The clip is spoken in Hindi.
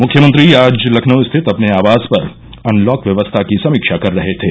मुख्यमंत्री आज लखनऊ रिथत अपने आवास पर अनलॉक व्यवस्था की समीक्षा कर रहे थे